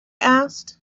asked